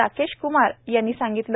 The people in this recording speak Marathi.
राकेशकुमार यांनी सांगितले